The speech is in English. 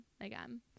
again